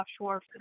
offshore